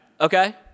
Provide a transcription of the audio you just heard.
Okay